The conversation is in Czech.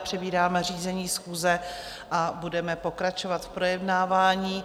Přebírám řízení schůze a budeme pokračovat v projednávání.